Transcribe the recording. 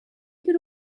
could